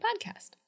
podcast